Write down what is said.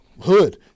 hood